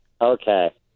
Okay